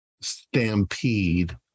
stampede